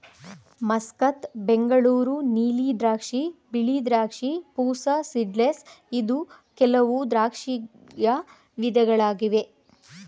Muscat, Bengaluru ನೀಲಿ ದ್ರಾಕ್ಷಿ, ಬಿಳಿ ದ್ರಾಕ್ಷಿ, ಪೂಸಾ ಸೀಡ್ಲೆಸ್ ಇದು ಕೆಲವು ದ್ರಾಕ್ಷಿಯ ವಿಧಗಳಾಗಿವೆ